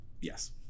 Yes